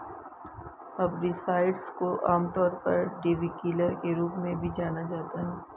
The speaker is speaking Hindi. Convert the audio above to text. हर्बिसाइड्स को आमतौर पर वीडकिलर के रूप में भी जाना जाता है